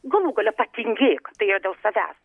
galų gale patingėk tai dėl savęs